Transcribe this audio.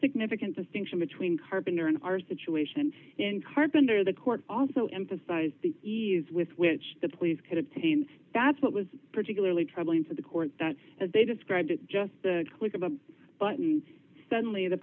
significant distinction between carpenter in our situation and carpenter the court also emphasized the ease with which the police could obtain that's what was particularly troubling for the court that as they described it just the click of a button suddenly the